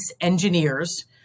engineers